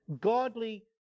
godly